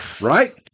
Right